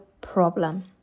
problem